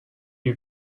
you